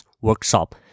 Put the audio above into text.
workshop